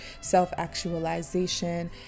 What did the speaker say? self-actualization